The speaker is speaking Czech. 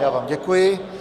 Já vám děkuji.